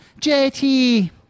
JT